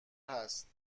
هست